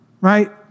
Right